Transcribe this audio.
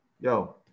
yo